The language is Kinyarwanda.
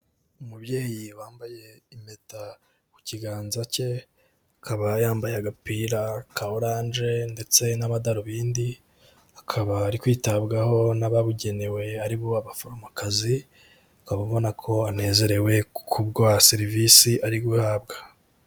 Umubyeyi wambaye impeta ku kiganza cye akaba yambaye agapira ka oranje ndetse n'amadarubindi, akaba ari kwitabwaho n'ababugenewe ari bo baforomokazi ukaba ubona ko anezerewe ku bwa serivisi ari guhabwa.